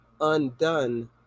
undone